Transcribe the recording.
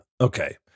Okay